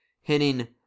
hitting